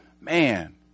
man